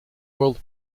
world